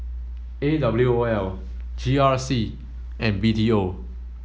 A W O L G R C and B T O